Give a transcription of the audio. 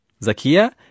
Zakia